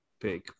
big